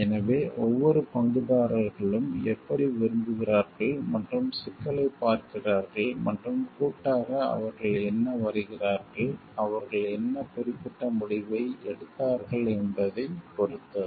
எனவே ஒவ்வொரு பங்குதாரர்களும் எப்படி விரும்புகிறார்கள் மற்றும் சிக்கலைப் பார்க்கிறார்கள் மற்றும் கூட்டாக அவர்கள் என்ன வருகிறார்கள் அவர்கள் என்ன குறிப்பிட்ட முடிவை எடுத்தார்கள் என்பதைப் பொறுத்தது